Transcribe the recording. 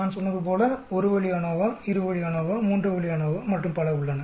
நான் சொன்னது போல் ஒரு வழி அநோவா இரு வழி அநோவா மூன்று வழி அநோவா மற்றும் பல உள்ளன